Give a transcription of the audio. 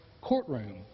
courtroom